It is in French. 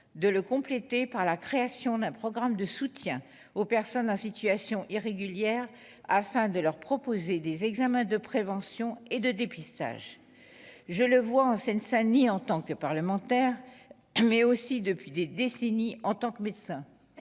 de le compléter par la création d'un programme de soutien aux personnes en situation irrégulière, afin de leur proposer des examens de prévention et de dépistage, je le vois en Seine-Saint-Denis, en tant que parlementaire, mais aussi depuis des décennies en tant que médecin,